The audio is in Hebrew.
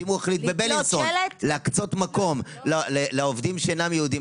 אם הוא החליט בבילינסון להקצות מקום לעובדים שאינם יהודים